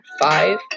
five